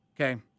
okay